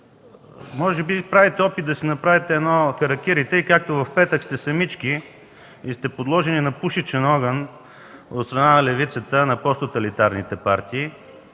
може би правите опит да си направите харакири. Така както в петък сте самички и сте подложени на пушечен огън от страна на левицата, от страна на по-тоталитарните партии,